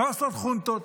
מה עושות חונטות?